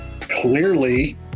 clearly